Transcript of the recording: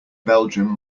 belgium